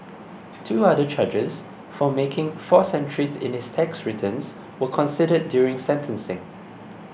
two other charges for making false entries in his tax returns were considered during sentencing